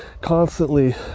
constantly